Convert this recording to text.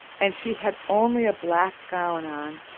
and she had only a black gown on,